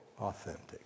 authentic